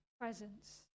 presence